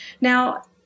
Now